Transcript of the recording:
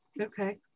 okay